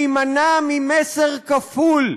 להימנע ממסר כפול,